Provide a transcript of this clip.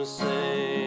say